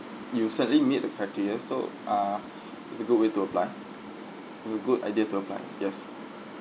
you suddenly meet the criteria so ah it's a good way to apply it's a good idea to apply yes